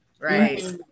right